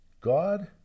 God